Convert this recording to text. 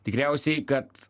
tikriausiai kad